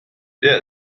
der